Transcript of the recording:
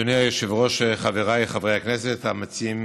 אדוני היושב-ראש, חבריי חברי הכנסת, המציעים